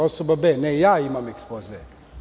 Osoba B – ne, ja imam ekspoze.